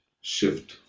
shift